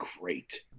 great